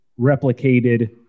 replicated